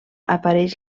apareix